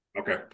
Okay